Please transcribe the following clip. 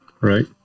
Right